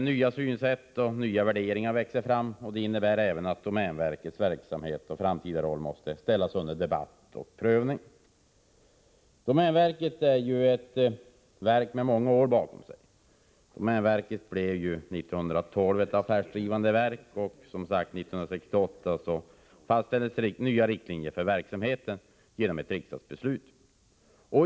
Nya synsätt och nya värderingar växer fram. Det innebär att även domänverkets framtida roll måste ställas under debatt och omprövning. Domänverket är ju ett verk med många år bakom sig. Det blev 1912 ett affärsdrivande verk, och 1968 fastställdes, som sagt, nya riktlinjer för verksamheten genom ett riksdagsbeslut.